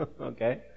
okay